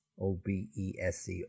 obese